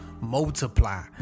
multiply